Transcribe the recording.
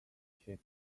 cheat